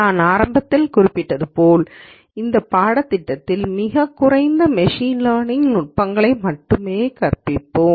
நான் ஆரம்பத்தில் குறிப்பிட்டது போல இந்த பாடத்திட்டத்தில் மிகக் குறைந்த மெஷின் லேர்னிங் நுட்பங்களை மட்டுமே கற்பிப்போம்